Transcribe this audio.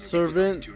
Servant